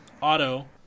auto